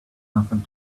nothing